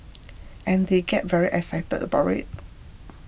and they get very excited about it